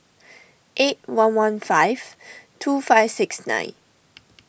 eight one one five two five six nine